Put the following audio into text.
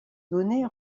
données